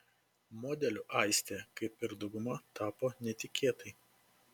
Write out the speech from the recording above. modeliu aistė kaip ir dauguma tapo netikėtai